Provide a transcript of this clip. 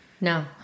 No